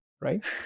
right